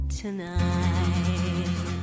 tonight